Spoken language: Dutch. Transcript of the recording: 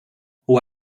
hoe